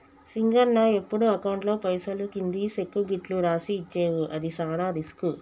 సింగన్న ఎప్పుడు అకౌంట్లో పైసలు కింది సెక్కు గిట్లు రాసి ఇచ్చేవు అది సాన రిస్కు